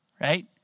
right